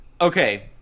Okay